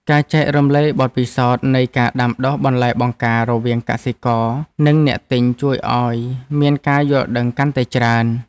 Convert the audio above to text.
ការចែករំលែកបទពិសោធន៍នៃការដាំដុះបន្លែបង្ការរវាងកសិករ និងអ្នកទិញជួយឱ្យមានការយល់ដឹងកាន់តែច្រើន។